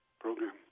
program